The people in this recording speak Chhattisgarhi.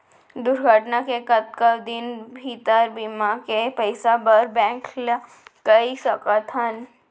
दुर्घटना के कतका दिन भीतर बीमा के पइसा बर बैंक ल कई सकथन?